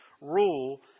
rule